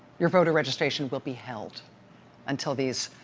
your voter registration will be held until these